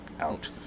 out